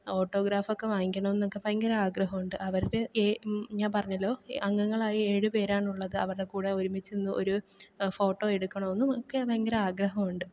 ഓട്ടോഗ്രാഫൊക്കെ വാങ്ങിക്കണമെന്നൊക്കെ ഭയങ്കര ആഗ്രഹമുണ്ട് അവരുടെ ഞാൻ പറഞ്ഞല്ലോ അംഗങ്ങളായി ഏഴ് പേരാണുള്ളത് അവരുടെ കൂടെ ഒരുമിച്ച് നിന്ന് ഒരു ഫോട്ടോ എടുക്കണമെന്നും ഒക്കെ ഭയങ്കര ആഗ്രഹം ഉണ്ട്